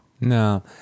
No